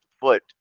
foot